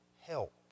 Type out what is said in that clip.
help